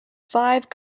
five